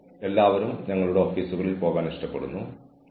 പക്ഷേ അവരുടെ റൂൾ എത്രത്തോളം ന്യായമാണെന്ന് സംഘടന നിർണ്ണയിക്കണം